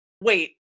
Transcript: wait